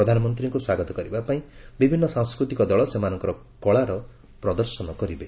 ପ୍ରଧାନମନ୍ତ୍ରୀଙ୍କ ସ୍ୱାଗତ କରିବାପାଇଁ ବିଭିନ୍ନ ସାଂସ୍କୃତିକ ଦଳ ସେମାନଙ୍କର କଳାର ପ୍ରଦର୍ଶନ କରିବେ